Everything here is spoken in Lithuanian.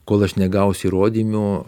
kol aš negausiu įrodymų